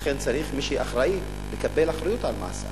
ולכן צריך מי שיהיה אחראי לקבל אחריות על מעשיו.